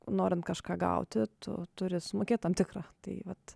norint kažką gauti tu turi sumokėt tam tikrą tai vat